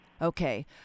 Okay